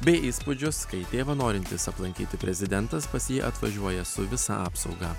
bei įspūdžius kai tėvą norintis aplankyti prezidentas pas jį atvažiuoja su visa apsauga